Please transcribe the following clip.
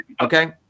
okay